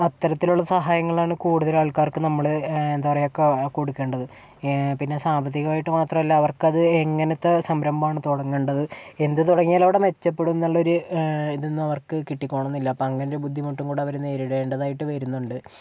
അത്തരത്തിലുള്ള സഹായങ്ങളാണ് കൂടുതലും ആൾക്കാർക്ക് നമ്മള് എന്താ പറയുക കൊടുക്കേണ്ടത് പിന്നേ സാമ്പത്തികമായിട്ട് മാത്രമല്ല അവർക്കത് എങ്ങനത്തെ സംരംഭമാണ് തുടങ്ങേണ്ടത് എന്ത് തുടങ്ങിയാലാണ് അവിടേ മെച്ചപ്പെടുന്നത് എന്നുള്ളൊരു ഇതൊന്നും അവർക്ക് കിട്ടിക്കോണം എന്നില്ല അപ്പം അങ്ങനൊരു ബുദ്ദിമുട്ടും കൂടേ അവര് നേരിടേണ്ടതായിട്ട് വരുന്നുണ്ട്